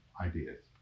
ideas